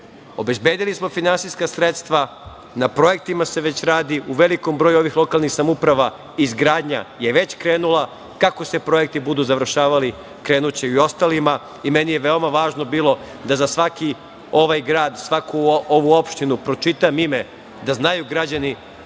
obezbedili smo finansijska sredstva, na projektima se već radi. U velikom broju ovih lokalnih samouprava izgradnja je već krenula, kako se projekti budu završavali krenuće i u ostalima. Meni je veoma važno bilo da za svaki ovaj grad, svaku ovu opštinu pročitam ime da znaju građani